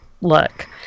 look